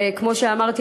וכמו שאמרתי,